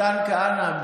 מתן כהנא,